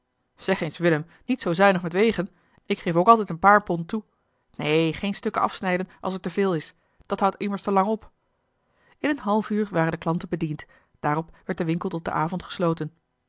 zeg eens willem niet zoo zuinig met wegen ik geef ook altijd een paar pond toe neen geen stukken afsnijden als er te veel is dat houdt immers te lang op in een half uur waren de klanten bediend daarop werd de winkel tot den avond gesloten